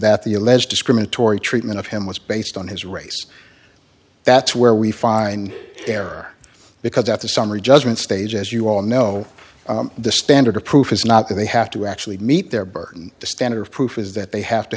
that the alleged discriminatory treatment of him was based on his race that's where we find error because at the summary judgment stage as you all know the standard of proof is not that they have to actually meet their burden the standard of proof is that they have to